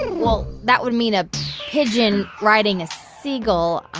well, that would mean a pigeon riding a seagull.